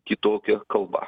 kitokia kalba